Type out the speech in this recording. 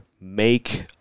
make